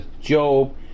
Job